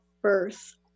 birth